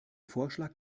vorschlag